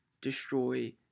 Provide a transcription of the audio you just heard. destroy